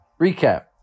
recap